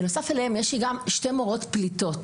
בנוסף להן יש לי גם שתי מורות פליטות.